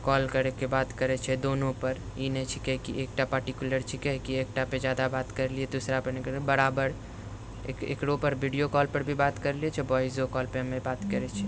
call करैके बाद करै छै दोनोपर ई नहि छै की एकटा पर्टिक्युलर छीके की एकटापर जादा बात करलिए दूसरापर नहि बराबर एकरोपर वीडियो कॉलपर बात भी करिलै छियै आओर वॉइसो कॉलपर हमे बात करै छियै